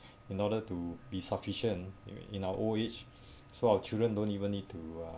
in order to be sufficient in in our old age so our children don't even need to uh